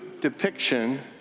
depiction